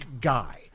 guy